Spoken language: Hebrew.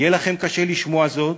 יהיה לכם קשה לשמוע זאת,